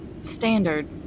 standard